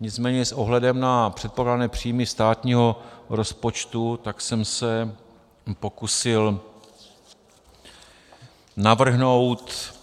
Nicméně s ohledem na předpokládané příjmy státního rozpočtu jsem se pokusil navrhnout